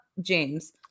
James